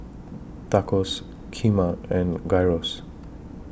Tacos Kheema and Gyros